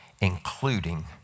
including